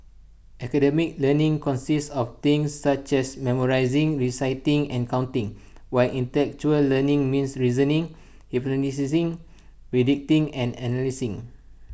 academic learning consists of things such as memorising reciting and counting while intellectual learning means reasoning hypothesising predicting and analysing